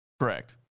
Correct